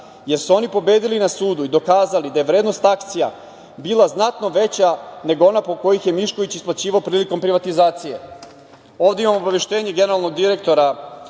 jer su oni pobedili na sudu i dokazali da je vrednost akcija bila znatno veća nego ona po kojoj ih je Mišković isplaćivao prilikom privatizacije. Ovde imam obaveštenje generalnog direktora